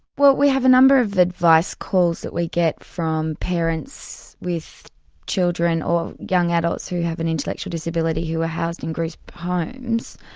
well we have a number of advice calls that we get from parents with children or young adults who have an intellectual disability who are ah housed in group homes,